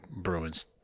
Bruins